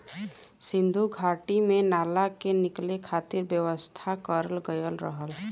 सिन्धु घाटी में नाला के निकले खातिर व्यवस्था करल गयल रहल